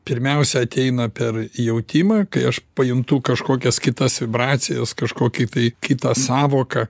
pirmiausia ateina per jautimą kai aš pajuntu kažkokias kitas vibracijas kažkokį tai kitą sąvoką